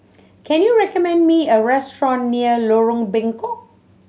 can you recommend me a restaurant near Lorong Bengkok